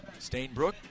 Stainbrook